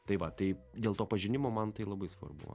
tai va tai dėl to pažinimo man tai labai svarbu